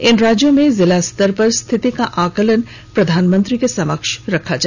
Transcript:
इन राज्यों में जिला स्तर पर स्थिति का आकलन प्रधानमंत्री के समक्ष रखा गया